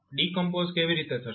decompose કેવી રીતે થશે